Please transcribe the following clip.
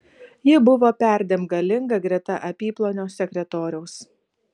ji buvo perdėm galinga greta apyplonio sekretoriaus